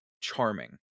Charming